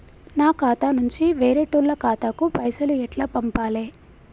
నా ఖాతా నుంచి వేరేటోళ్ల ఖాతాకు పైసలు ఎట్ల పంపాలే?